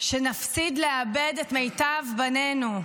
שנפסיק לאבד את מיטב בנינו.